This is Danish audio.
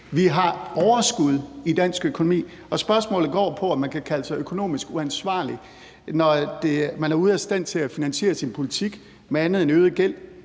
Vi har overskud i dansk økonomi, og spørgsmålet går på, om man kan kalde sig økonomisk ansvarlig, når man er ude af stand til at finansiere sin politik med andet end øget gæld.